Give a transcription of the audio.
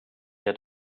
had